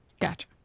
Gotcha